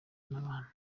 n’abantu